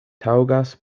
taŭgas